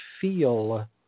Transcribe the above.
feel